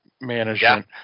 management